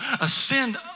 ascend